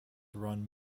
run